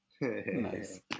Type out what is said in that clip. Nice